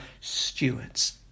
stewards